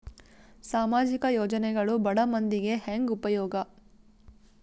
ಸಾಮಾಜಿಕ ಯೋಜನೆಗಳು ಬಡ ಮಂದಿಗೆ ಹೆಂಗ್ ಉಪಯೋಗ?